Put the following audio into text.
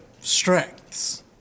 strengths